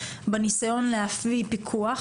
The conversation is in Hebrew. בניסיון לפיקוח,